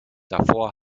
davor